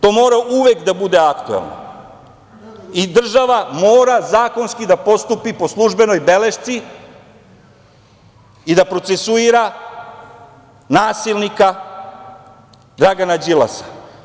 To mora uvek da bude aktuelno i država mora zakonski da postupi po službenoj belešci i da procesuira nasilnika Dragana Đilasa.